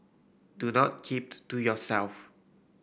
do not keep to yourself